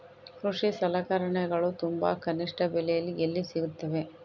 ಕೃಷಿ ಸಲಕರಣಿಗಳು ತುಂಬಾ ಕನಿಷ್ಠ ಬೆಲೆಯಲ್ಲಿ ಎಲ್ಲಿ ಸಿಗುತ್ತವೆ?